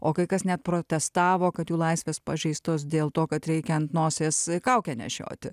o kai kas net protestavo kad jų laisvės pažeistos dėl to kad reikia ant nosies kaukę nešioti